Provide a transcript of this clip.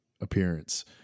appearance